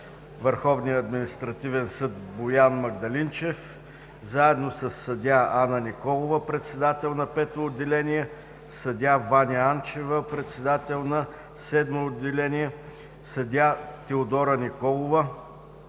Върховния административен съд Боян Магдалинчев, заедно със съдия Ана Николова – председател на пето отделение; съдия Ваня Анчева – председател на Седмо отделение; съдия Теодора Николова.